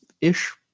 ish